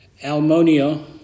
almonio